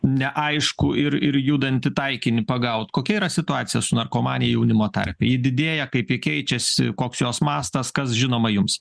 neaiškų ir ir judantį taikinį pagaut kokia yra situacija su narkomanija jaunimo tarpe ji didėja kaip ji keičiasi koks jos mastas kas žinoma jums